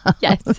yes